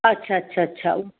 अच्छा अच्छा अच्छा